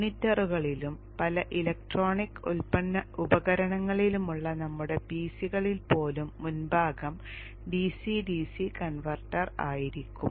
മോണിറ്ററുകളിലും പല ഇലക്ട്രോണിക് ഉപകരണങ്ങളിലുമുള്ള നമ്മുടെ PCകളിൽ പോലും മുൻഭാഗം DC DC കൺവെർട്ടർ ആയിരിക്കും